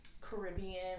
caribbean